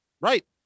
right